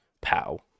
POW